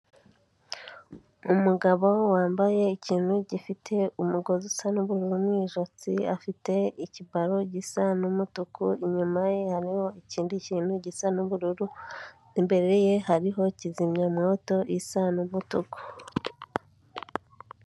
Umugabo wambaye ikintu gifite umugozi usa n'ubururu mu ijosi, afite ikibaro gisa n'umutuku, inyuma ye hariho ikindi kintu gisa n'ubururu, imbere ye hariho kizimyamwoto isa n'umutuku.